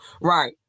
Right